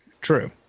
True